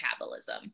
metabolism